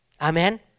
Amen